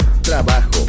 trabajo